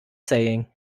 saying